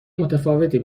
متفاوتی